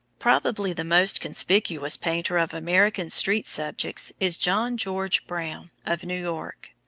probably the most conspicuous painter of american street subjects is john george brown, of new york.